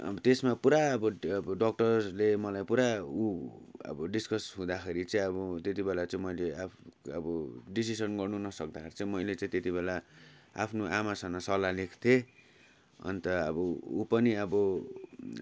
अब त्यसमा पुरा अब अब डक्टर्सले मलाई पुरा उ अब डिसकस हुँदाखेरि चाहिँ अब त्यति बेला चाहिँ मैले आ अब डिसिसन गर्नु नसक्दाखेरि चाहिँ मैले चाहिँ त्यति बेला आफ्नो आमासँग सल्लाह लिएको थिएँ अन्त अब ऊ पनि अब